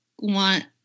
want